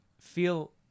feel